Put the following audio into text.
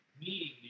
meeting